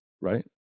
right